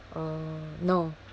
uh no